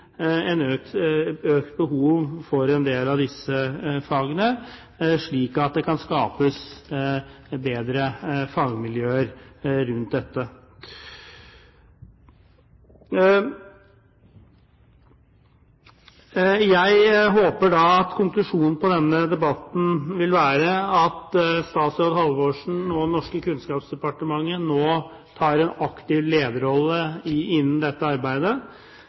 økt behov for en del av disse fagene, slik at det kan skapes bedre fagmiljøer rundt dette. Jeg håper at konklusjonen på denne debatten vil være at statsråd Halvorsen og det norske kunnskapsdepartementet nå tar en aktiv lederrolle innen dette arbeidet,